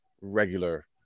regular